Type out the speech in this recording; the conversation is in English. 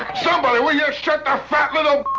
somebody, will ya shut the fat little